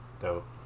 Dope